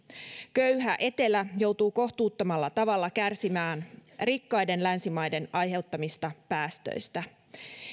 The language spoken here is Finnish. köyhä etelä joutuu kohtuuttomalla tavalla kärsimään rikkaiden länsimaiden aiheuttamista päästöistä